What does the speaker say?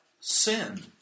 sin